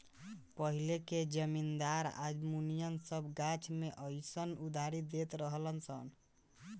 पहिले के जमींदार आ मुनीम सन गाछ मे अयीसन उधारी देत रहलन सन